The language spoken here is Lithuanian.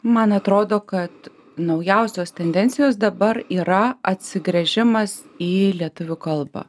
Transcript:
man atrodo kad naujausios tendencijos dabar yra atsigręžimas į lietuvių kalbą